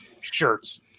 shirts